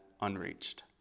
unreached